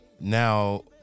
now